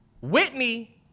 Whitney